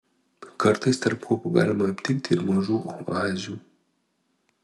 kartais tarp kopų galima aptikti ir mažų oazių